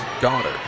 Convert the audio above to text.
daughter